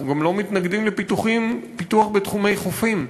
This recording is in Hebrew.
אנחנו גם לא מתנגדים לפיתוח בתחומי החופים,